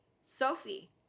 Sophie